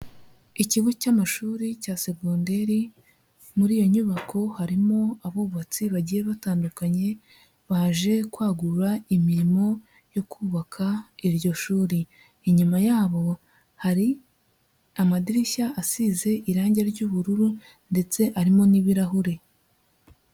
Ikigo cy'amashuri cya segonderi, muri iyo nyubako harimo abubatsi bagiye batandukanye, baje kwagura imirimo yo kubaka iryo shuri, inyuma yabo hari amadirishya asize irangi ry'ubururu ndetse arimo n'ibirahure.